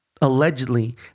Allegedly